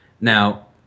Now